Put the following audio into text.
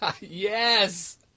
Yes